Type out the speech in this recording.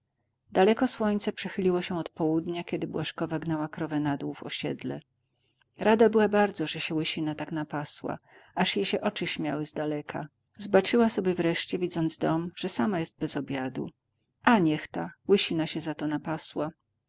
daleko słońce przechyliło się od południa kiedy błażkowa gnała krowę na dół w osiedle rada była bardzo że się łysina tak napasła aż jej się oczy śmiały z daleka zbaczyła sobie wreszcie widząc dom że sama jest bez obiadu a niechta łysina się zato napasła w